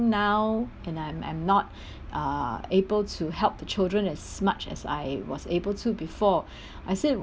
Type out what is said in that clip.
now and I'm I'm not uh able to help the children as much as I was able to before I said